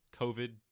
COVID